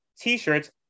t-shirts